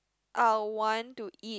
I want to eat